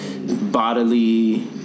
bodily